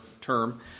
term